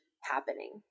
happening